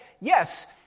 yes